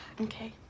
Okay